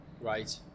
right